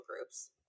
groups